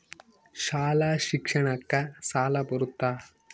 ಶಾಲಾ ಶಿಕ್ಷಣಕ್ಕ ಸಾಲ ಬರುತ್ತಾ?